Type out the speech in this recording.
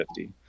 50